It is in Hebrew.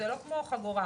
זה לא כמו חגורה,